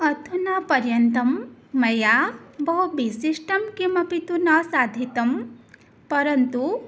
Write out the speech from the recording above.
अधुना पर्यन्तं मया बहु विशिष्टं किमपि तु न साधितं परन्तु